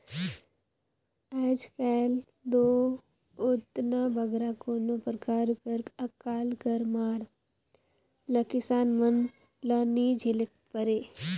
आएज काएल दो ओतना बगरा कोनो परकार कर अकाल कर मार ल किसान मन ल नी झेलेक परे